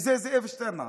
זאב שטרנהל.